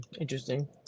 interesting